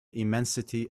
immensity